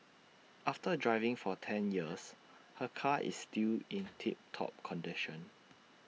after driving for ten years her car is still in tip top condition